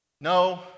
no